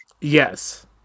Yes